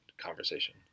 conversation